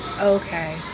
okay